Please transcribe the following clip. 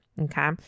Okay